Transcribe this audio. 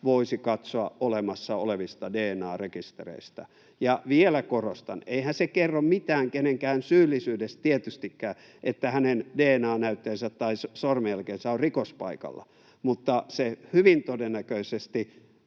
voisi katsoa olemassa olevista dna-rekistereistä. Ja vielä korostan, että eihän se kerro mitään kenenkään syyllisyydestä tietystikään, että hänen dna-näytteensä tai sormenjälkensä on rikospaikalla, mutta se hyvin todennäköisesti